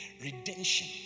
Redemption